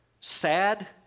sad